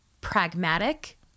pragmatic